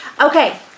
Okay